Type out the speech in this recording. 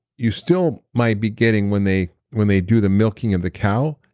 you still might be getting, when they when they do the milking of the cow,